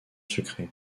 sucré